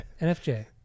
NFJ